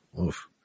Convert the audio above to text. oof